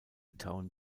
town